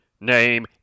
name